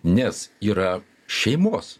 nes yra šeimos